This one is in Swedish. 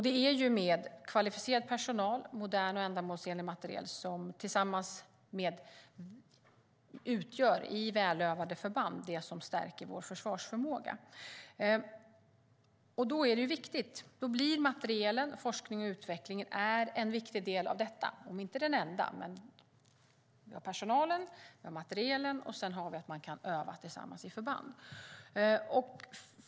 Det är kvalificerad personal och modern och ändamålsenlig materiel som tillsammans i välövade förband utgör det som stärker vår försvarsförmåga. Då är materiel, forskning och utveckling en viktig del av detta, om inte den enda. Det är personalen och materielen och att man kan öva tillsammans i förband.